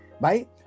right